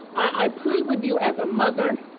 i plead with you as a mother,